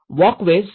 walkways ૧